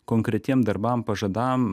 konkretiem darbam pažadam